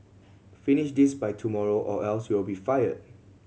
finish this by tomorrow or else you'll be fired